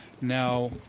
Now